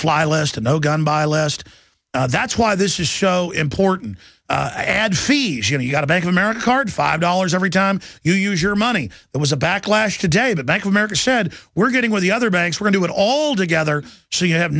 fly list and no gun buy last that's why this is show important ad fees you know you got a bank of america card five dollars every time you use your money there was a backlash today that bank of america said we're getting with the other banks renew it all together so you have